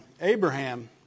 Abraham